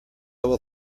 will